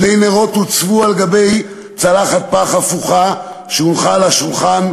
שני נרות הוצבו על גבי צלחת פח הפוכה שהונחה על השולחן,